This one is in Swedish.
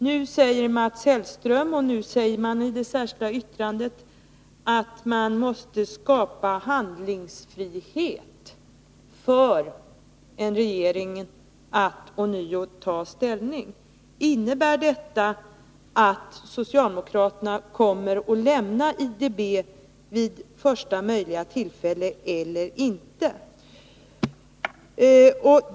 Nu säger Mats Hellström, och nu säger man i det särskilda yttrandet, att man måste skapa handlingsfrihet för regeringen att ånyo ta ställning. Innebär detta att socialdemokraterna kommer att se till att vi lämnar IDB vid första möjliga tillfälle eller inte?